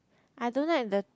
I don't like the